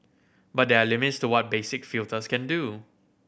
but there are limits to what basic filters can do